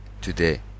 today